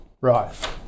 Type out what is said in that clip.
Right